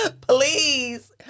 Please